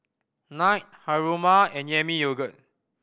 Knight Haruma and Yami Yogurt